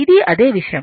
ఇది అదే విషయం